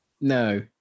No